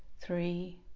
three